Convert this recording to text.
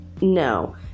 no